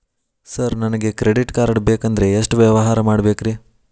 Sir ನನಗೆ credit card ಬೇಕಂದ್ರೆ ಎಷ್ಟು ವ್ಯವಹಾರ ಮಾಡಬೇಕ್ರಿ?